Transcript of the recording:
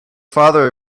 father